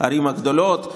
הערים הגדולות.